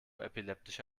epileptische